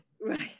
right